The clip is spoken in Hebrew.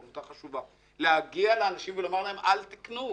עמותה חשובה ולומר לאנשים: אל תיקנו,